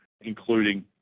including